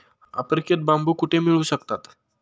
आफ्रिकेत बांबू कुठे मिळू शकतात?